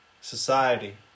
society